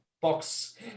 box